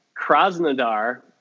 Krasnodar